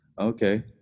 Okay